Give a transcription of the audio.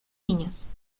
niños